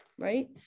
right